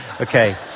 Okay